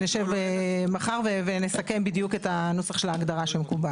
נשב מחר ונסכם בדיוק את הנוסח של ההגדרה שמקובל.